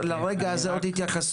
לרגע הזה רק עוד התייחסויות.